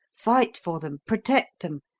fight for them, protect them,